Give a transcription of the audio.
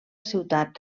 ciutat